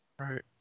Right